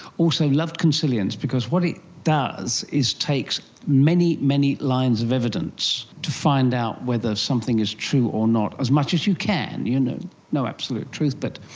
also loved consilience because what it does is takes many, many lines of evidence to find out whether something is true or not, as much as you can, you know no absolute truth, but,